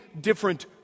different